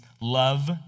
love